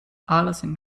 alison